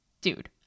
Dude